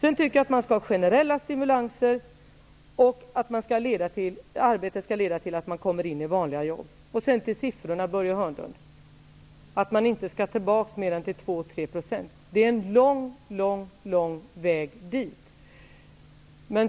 Jag tycker att det skall vara generella stimulanser och att arbetet skall leda till att människor kommer in i vanliga jobb. Börje Hörnlund säger att man inte skall gå tillbaka till mindre än 2--3 % arbetslöshet. Det är en lång, lång väg dit.